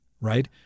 right